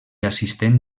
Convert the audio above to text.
assistent